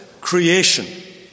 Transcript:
creation